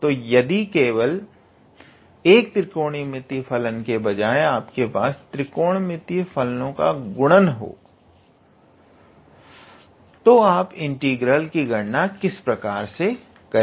तो यदि केवल एक त्रिकोणमितिय फलन के बजाय आपके पास त्रिकोणमितिय फलनो का गुणन होता है तो आप इंटीग्रल की गणना किस प्रकार से करें